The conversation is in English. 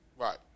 Right